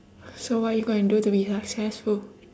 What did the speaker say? so what are you going to do to be successful